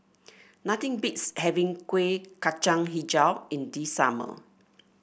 nothing beats having Kuih Kacang hijau in the summer